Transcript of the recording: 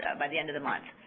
ah but the end of the month.